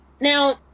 Now